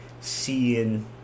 seeing